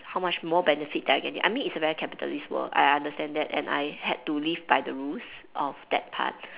how much more benefit that I'm getting I mean it is a very capitalist world I understand that and I had to live by the rules of that part